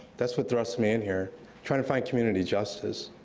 that's what thrust me in here trying to find community justice.